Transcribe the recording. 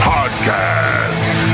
Podcast